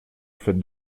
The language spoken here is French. faites